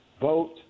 vote